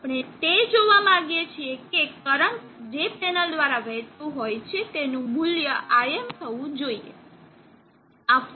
આપણે તે જોવા માંગીએ છીએ કે કરંટ જે પેનલ દ્વારા વહેતું હોય છે તેનું મૂલ્ય Im થવું જોઈએ